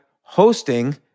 hosting